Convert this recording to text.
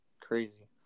crazy